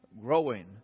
growing